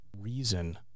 reason